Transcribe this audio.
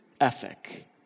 ethic